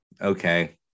okay